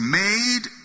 made